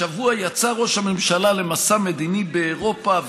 השבוע יצא ראש הממשלה למסע מדיני באירופה,